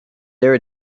there